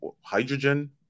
hydrogen